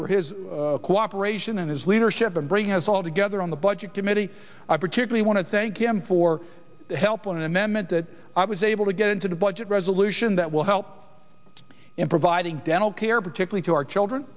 for his cooperation and his leadership in bringing as all together on the budget committee i particularly want to thank him for help on an amendment that i was able to get into the budget resolution that will help in providing dental care particularly to our children